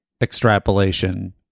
extrapolation